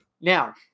Now